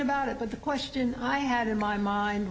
about it but the question i had in my mind